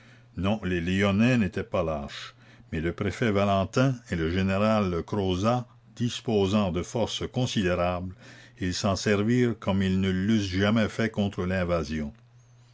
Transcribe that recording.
non les lyonnais n'étaient pas lâches mais le préfet valentin et le général crauzat disposant de forces considérables ils s'en servirent comme ils ne l'eussent jamais fait contre l'invasion